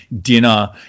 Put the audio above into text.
dinner